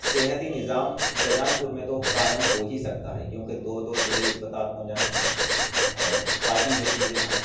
صحتی نظام شاہجہان پور میں تو قائم ہو ہی سکتا ہے کیونکہ دو دو ضلعی اسپتال ہوں جہاں اور باقی جو چیزیں ہیں